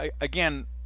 again